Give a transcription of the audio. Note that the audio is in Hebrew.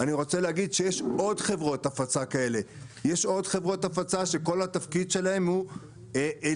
אני רוצה להגיד שיש עוד חברות הפצה כאלה שכל התפקיד שלהן הוא לפעול